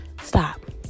Stop